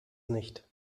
nicht